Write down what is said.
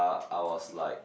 I was like